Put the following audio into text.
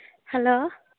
hello